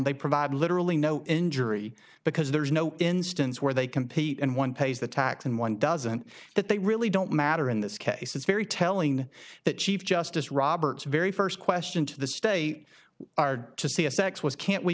they provide literally no injury because there is no instance where they compete and one pays the tax and one doesn't that they really don't matter in this case it's very telling that chief justice roberts very first question to th